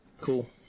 Cool